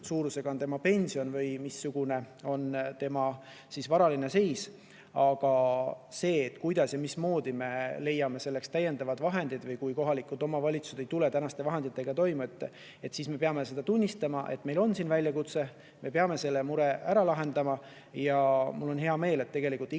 suur on tema pension või missugune on tema varaline seis. Aga see, kuidas ja mismoodi me leiame selleks täiendavaid vahendeid … Kui kohalikud omavalitsused ei tule tänaste vahenditega toime, siis me peame tunnistama, et meil on siin väljakutse ja me peame selle mure ära lahendama. Mul on hea meel, et iga